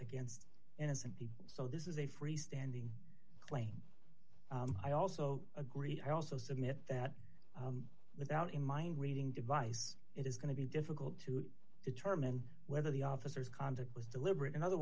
against innocent people so this is a freestanding claim i also agree i also submit that without in mind reading device it is going to be difficult to determine whether the officers conduct was deliberate in other